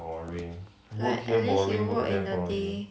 like at least you work in the day